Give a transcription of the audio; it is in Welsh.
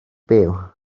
byw